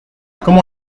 comment